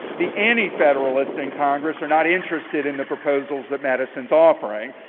the antifederalists in congress are not interested in the proposals that madison's offering.